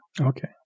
Okay